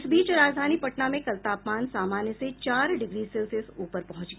इस बीच राजधानी पटना में कल तापमान सामान्य से चार डिग्री सेल्सियस ऊपर पहुंच गया